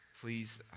Please